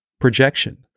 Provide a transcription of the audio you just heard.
projection